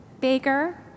baker